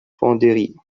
fonderie